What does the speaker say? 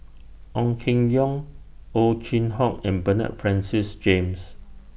Ong Keng Yong Ow Chin Hock and Bernard Francis James